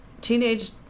teenage